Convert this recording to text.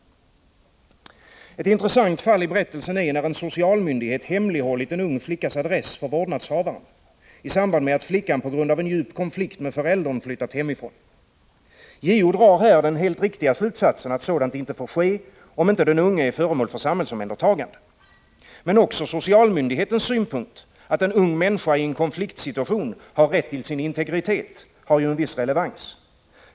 Ett intressant fall i berättelsen är när en socialmyndighet hemlighållit en ung flickas adress för vårdnadshavaren i samband med att flickan på grund av en djup konflikt med föräldern flyttat hemifrån. JO drar här den helt riktiga slutsatsen att sådant inte får ske om inte den unge är föremål för samhällsomhändertagande. Men också socialmyndighetens synpunkt, att en ung människa i konfliktsituation har rätt till sin integritet, har ju viss relevans.